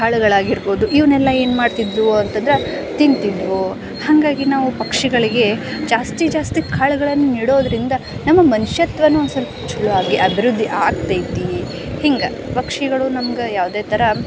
ಕಾಳುಗಳಾಗಿರ್ಬೋದು ಇವನ್ನೆಲ್ಲ ಏನು ಮಾಡ್ತಿದ್ವು ಅಂತಂದ್ರೆ ತಿಂತಿದ್ವು ಹಾಗಾಗಿ ನಾವು ಪಕ್ಷಿಗಳಿಗೆ ಜಾಸ್ತಿ ಜಾಸ್ತಿ ಕಾಳುಗಳನ್ನ ಇಡೋದರಿಂದ ನಮ್ಮ ಮನುಷ್ಯತ್ವವೂ ಒಂದು ಸ್ವಲ್ಪ ಚಲೋ ಆಗಿ ಅಭಿವೃದ್ಧಿ ಆಗ್ತೈತಿ ಹಿಂಗೆ ಪಕ್ಷಿಗಳು ನಮ್ಗೆ ಯಾವುದೇ ಥರ